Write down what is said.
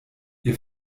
ihr